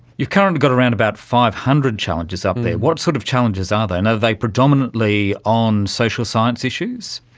you've currently got around about five hundred challenges up there. what sort of challenges are they, and are they predominantly on social science issues?